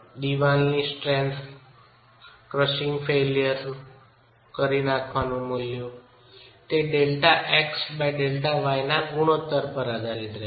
ચણતરની સ્ટ્રેન્થને ક્રસીંગ ફેઇલ્યરનું કરી નાખવાનું મૂલ્ય તે Δx બાય Δy ના ગુણોત્તર પર પણ આધારિત રહેશે